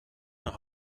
nach